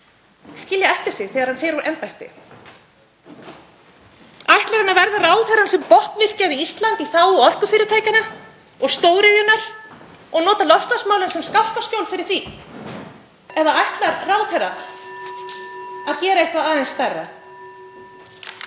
skilja eftir sig þegar hann fer úr embætti? Ætlar hann að verða ráðherrann sem botnvirkjaði Ísland í þágu orkufyrirtækjanna og stóriðjunnar og nota loftslagsmálin sem skálkaskjól fyrir það? Eða ætlar ráðherra að gera eitthvað aðeins stærra?